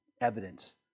evidence